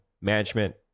management